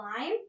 lime